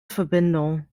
verbindung